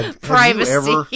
privacy